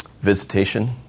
Visitation